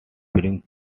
bring